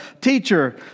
Teacher